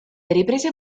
riprese